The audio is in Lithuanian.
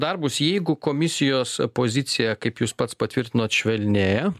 darbus jeigu komisijos pozicija kaip jūs pats patvirtinot švelnėja